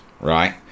Right